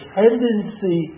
tendency